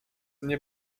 nie